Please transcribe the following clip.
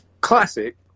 Classic